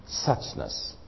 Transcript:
suchness